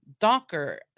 Docker